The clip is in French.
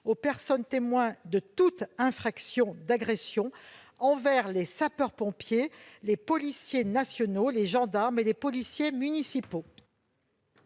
aux personnes témoins de toute infraction d'agressions envers les sapeurs-pompiers, les policiers nationaux, gendarmes et policiers municipaux.